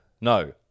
No